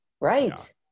right